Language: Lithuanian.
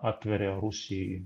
atveria rusijai